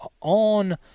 on